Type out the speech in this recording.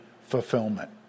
fulfillment